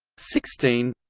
sixteen